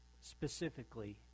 specifically